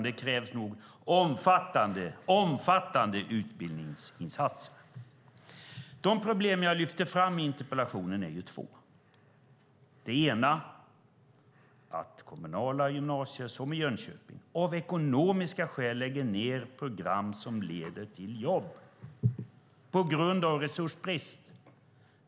Det krävs nog omfattande utbildningsinsatser. De problem jag lyfte fram i interpellationen är två. Det ena är att kommunala gymnasier, som i Jönköping, av ekonomiska skäl lägger ned program som leder till jobb. Detta gör man alltså på grund av resursbrist.